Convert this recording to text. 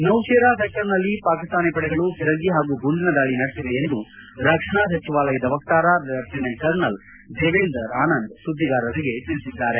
ನೌಶೇರ ಸೆಕ್ಷರ್ನಲ್ಲಿ ಪಾಕಿಸ್ತಾನಿ ಪಡೆಗಳು ಫಿರಂಗಿ ಹಾಗೂ ಗುಂಡಿನ ದಾಳಿ ನಡೆಸಿವೆ ಎಂದು ರಕ್ಷಣಾ ಸಚಿವಾಲಯದ ವಕ್ತಾರ ಲೆಫ್ಲಿನೆಂಟ್ ಕರ್ನಲ್ ದೇವೆಂದರ್ ಆನಂದ್ ಸುದ್ದಿಗಾರರಿಗೆ ತಿಳಿಸಿದ್ದಾರೆ